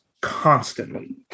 constantly